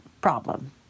problem